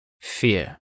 Fear